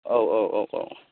औ औ औ औ